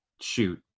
Shoot